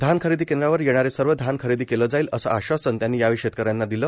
धान खरेदी केंद्रावर येणारे सर्व धान खरेदी केले जाईल असे आश्वासन त्यांनी यावेळी शेतकऱ्यांना दिले